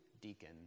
deacon